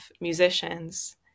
musicians